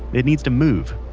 it needs to move.